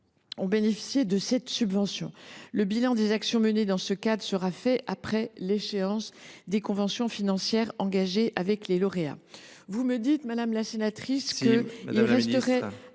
ont bénéficié de cette subvention. Le bilan des actions menées dans ce cadre sera effectué après l’échéance des conventions financières engagées avec les lauréats. Selon vous, madame la sénatrice, il resterait